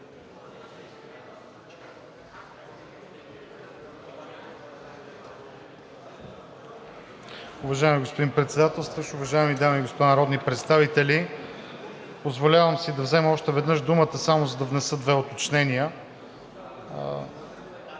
Уважаеми господин Председател, уважаеми дами и господа народни представители! Позволявам си да взема още веднъж думата, само за да внеса две уточнения.